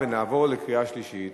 ונעבור לקריאה שלישית.